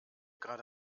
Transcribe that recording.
gerade